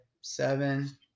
seven